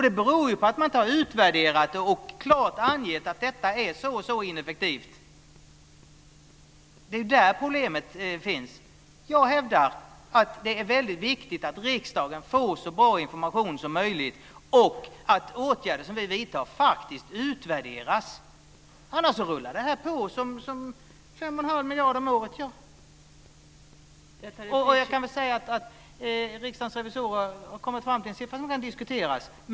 Det beror på att man inte har utvärderat och klart angett att det är ineffektivt. Det är det som är problemet. Jag hävdar att det är väldigt viktigt att riksdagen får så bra information som möjligt och att åtgärder som vi vidtar faktiskt utvärderas. Om inte rullar detta på med 5 1⁄2 miljard om året. Riksdagens revisorer har kommit fram till en siffra som kan diskuteras.